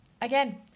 Again